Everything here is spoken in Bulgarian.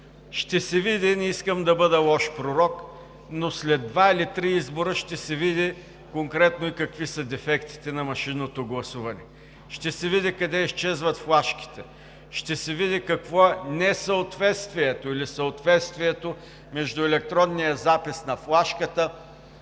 с него. Не искам да бъда лош пророк, но след два или три избора ще се види конкретно и какви са дефектите на машинното гласуване, ще се види къде изчезват флашките, ще се види какво е несъответствието или съответствието между електронния запис на флашката